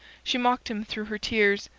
she mocked him through her tears.